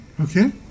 Okay